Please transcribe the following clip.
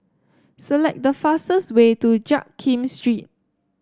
select the fastest way to Jiak Kim Street